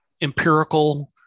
empirical